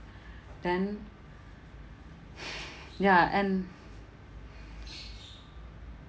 then ya and